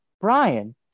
brian